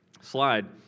slide